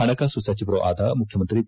ಪಣಕಾಸು ಸಚಿವರೂ ಆದ ಮುಖ್ಯಮಂತ್ರಿ ಬಿ